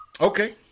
Okay